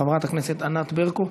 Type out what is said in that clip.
חברת הכנסת ענת ברקו,